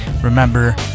remember